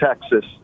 Texas